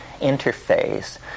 interface